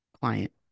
client